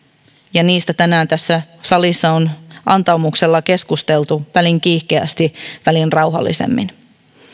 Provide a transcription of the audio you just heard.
niistä tänään tässä salissa on antaumuksella keskusteltu väliin kiihkeästi väliin rauhallisemmin